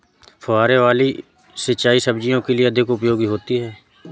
फुहारे वाली सिंचाई सब्जियों के लिए अधिक उपयोगी होती है?